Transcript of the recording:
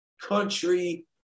country